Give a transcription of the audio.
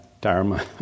Dharma